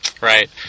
Right